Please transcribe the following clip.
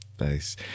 Nice